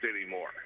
anymore